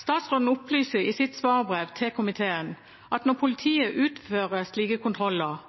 Statsråden opplyser i sitt svarbrev til komiteen at når politiet utfører slike kontroller,